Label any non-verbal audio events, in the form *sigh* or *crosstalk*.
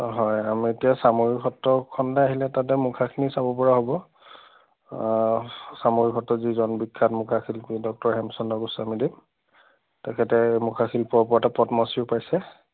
অঁ হয় আমি এতিয়া চামগুৰি সত্ৰখন *unintelligible* আহিলে তাতে মুখাখিনি চাব পৰা হ'ব চামগুৰি সত্ৰ যিজনবিখ্যাত মুখাশিল্পী ডক্টৰ হেমচন্দ্ৰ গোস্বামী দেৱ তেখেতে মুখা শিল্পৰ ওপৰত এটা পদ্মশ্ৰীও পাইছে